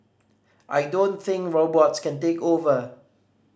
I don't think robots can take over